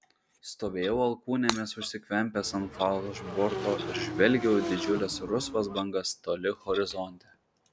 stovėjau alkūnėmis užsikvempęs ant falšborto ir žvelgiau į didžiules rusvas bangas toli horizonte